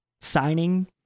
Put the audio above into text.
signing